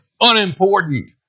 unimportant